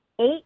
Eight